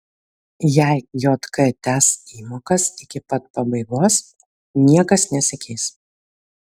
jei jk tęs įmokas iki pat pabaigos niekas nesikeis